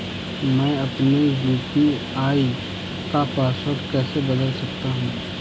मैं अपने यू.पी.आई का पासवर्ड कैसे बदल सकता हूँ?